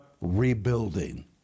rebuilding